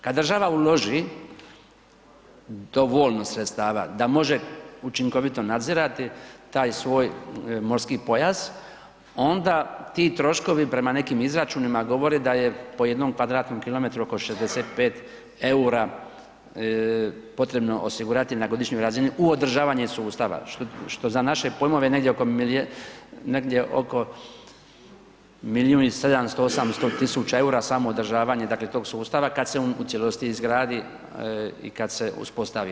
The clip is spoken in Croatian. Kada država uloži dovoljno sredstava da može učinkovito nadzirati taj svoj morski pojas onda ti troškovi prema nekim izračunima govore da je po jednom kvadratnom kilometru oko 65 eura potrebno osigurati na godišnjoj razini u održavanje sustava, što je za naše pojmove negdje oko milijun 700, 800 tisuća eura samo održavanje tog sustava, kada se on u cijelosti izgradi i kada se uspostavi.